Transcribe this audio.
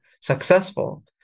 successful